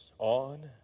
On